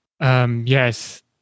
Yes